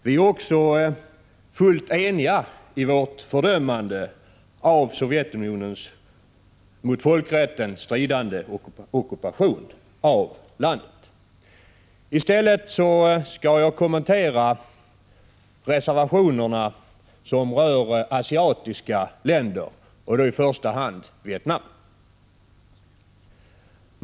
Vi är också helt eniga i vårt fördömande av Sovjetunionens mot folkrätten stridande ockupation av landet. I stället för att ägna mig åt Afghanistan skall jag kommentera de reservationer som rör asiatiska länder, och då i första hand Vietnam.